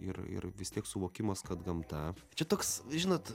ir ir vis tiek suvokimas kad gamta čia toks žinot